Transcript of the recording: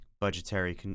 budgetary